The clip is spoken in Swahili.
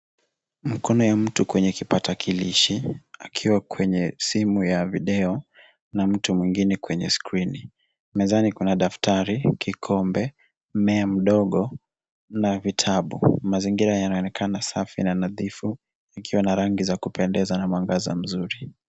Mkono ya mtu kwenye kipakatalishi akiwa kwenye simu ya video na mtu mwingine kwenye skirini. Mezani kuna daftari, kikombe, mmea mdogo na vitabu. Mazingira yanaonekana safi na nadhifu yakiwa na rangi za kupendeza na mwangaza mzuri.